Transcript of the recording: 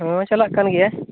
ᱦᱮᱸ ᱪᱟᱞᱟᱜ ᱠᱟᱱ ᱜᱮᱭᱟ